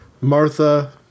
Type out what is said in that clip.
Martha